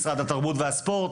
משרד התרבות והספורט